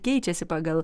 keičiasi pagal